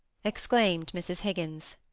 exclaimed mrs. higgins.